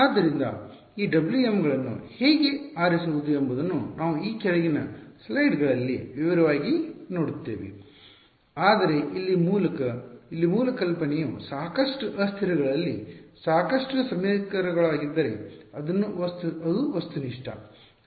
ಆದ್ದರಿಂದ ಈ Wm ಗಳನ್ನು ಹೇಗೆ ಆರಿಸುವುದು ಎಂಬುದನ್ನು ನಾವು ಈ ಕೆಳಗಿನ ಸ್ಲೈಡ್ಗಳಲ್ಲಿ ವಿವರವಾಗಿ ನೋಡುತ್ತೇವೆ ಆದರೆ ಇಲ್ಲಿ ಮೂಲ ಕಲ್ಪನೆಯು ಸಾಕಷ್ಟು ಅಸ್ಥಿರಗಳಲ್ಲಿ ಸಾಕಷ್ಟು ಸಮೀಕರಣಗಳಾಗಿದ್ದರೆ ಅದು ವಸ್ತುನಿಷ್ಠ